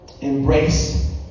Embrace